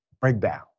breakdown